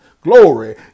glory